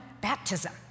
baptism